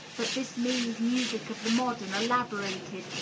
but this means music of the modern, elaborated,